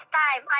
time